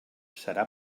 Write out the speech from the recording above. serà